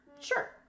sure